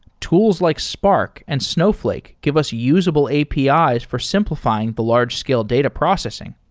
tools like spark and snowflake give us usable apis ah for simplifying the large-scale data processing.